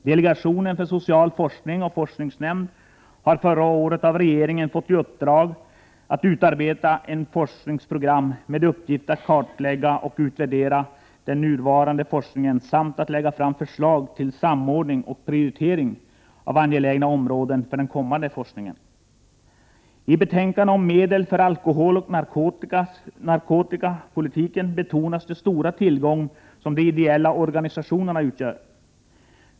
Delegationen för social forskning och forskningsrådsnämnden har förra året av regeringen fått i uppdrag att utarbeta ett forskningsprogram, syftande till att kartlägga och utvärdera den nuvarande forskningen, samt att lägga fram förslag till samordning och prioritering av angelägna områden för den kommande forskningen. I betänkandet om medel för alkoholoch narkotikapolitiken betonades den stora tillgång som de ideella organisationerna utgör.